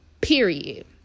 period